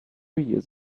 years